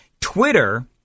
Twitter